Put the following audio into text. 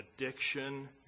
addiction